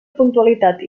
puntualitat